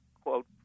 quote